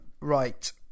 Right